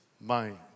mind